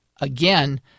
again